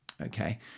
okay